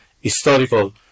historical